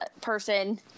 person